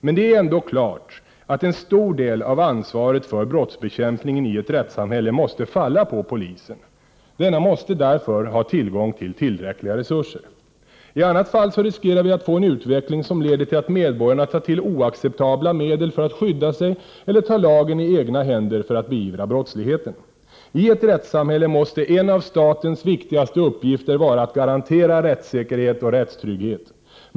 Men det är ändå klart att en stor del av ansvaret för brottsbekämpningen i ett rättssamhälle måste falla på polisen. Denna måste därför ha tillgång till tillräckliga resurser. I annat fall riskerar vi att få en utveckling som leder till att medborgarna tar till oacceptabla medel för att skydda sig eller tar lagen i egna händer för att beivra brottsligheten. I ett rättssamhälle måste en av statens viktigaste uppgifter vara att garantera rättssäkerhet och rättstrygghet.